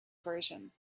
version